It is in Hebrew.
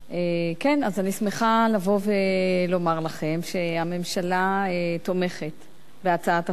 אני שמחה לבוא ולומר לכם שהממשלה תומכת בהצעת החוק,